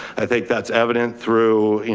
i think that's evident through,